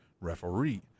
referee